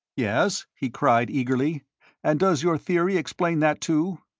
yes? he cried, eagerly and does your theory explain that, too?